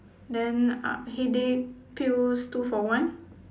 then uh headache pills two for one